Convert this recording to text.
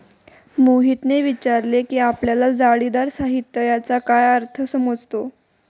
मोहितने विचारले की आपल्याला जाळीदार साहित्य याचा काय अर्थ समजतो?